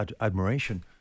admiration